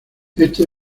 este